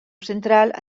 central